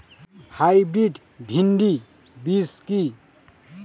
Hybrid ভীন্ডি বীজ কি?